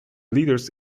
leaders